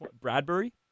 Bradbury